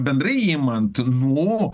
bendrai imant nu